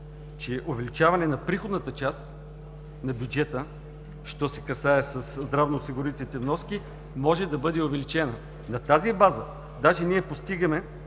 Затова считаме, че приходната част на бюджета, що се касае до здравноосигурителните вноски, може да бъде увеличена. На тази база даже постигаме,